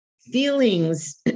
Feelings